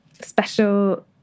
special